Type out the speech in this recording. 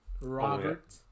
Robert